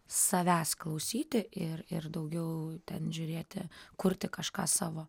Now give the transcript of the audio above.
savęs klausyti ir ir daugiau ten žiūrėti kurti kažką savo